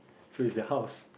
so is the house